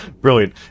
Brilliant